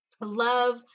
love